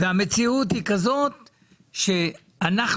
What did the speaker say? והמציאות היא כזאת שאנחנו,